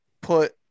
put